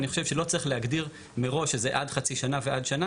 אני לא חושב שצריך שהחוק יגביל את העניין הזה.